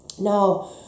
now